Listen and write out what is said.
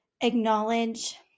acknowledge